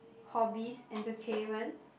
hobbies entertainment